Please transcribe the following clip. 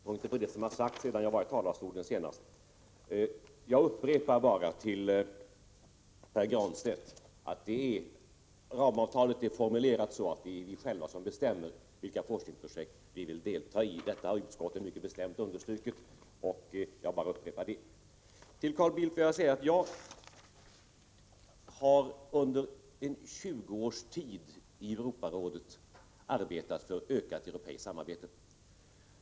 Fru talman! Jag återkommer till det som sagts sedan jag stod i talarstolen senast. Beträffande Pär Granstedt vill jag upprepa att ramavtalet är så formulerat att det är vi själva som bestämmer vilka forskningsprojekt som vi vill delta i. Utskottet har mycket bestämt understrukit detta. Till Carl Bildt vill jag säga att jag i Europarådet har arbetat i 20 år för ett ökat europeiskt samarbete.